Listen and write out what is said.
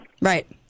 right